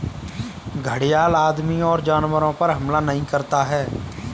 घड़ियाल आदमियों और जानवरों पर हमला नहीं करता है